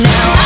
Now